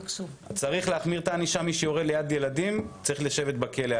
מי שיורה ליד ילדים צריך לשבת בכלא.